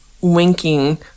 winking